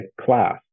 class